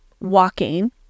walking